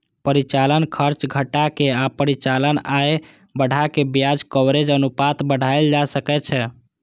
परिचालन खर्च घटा के आ परिचालन आय बढ़ा कें ब्याज कवरेज अनुपात बढ़ाएल जा सकै छै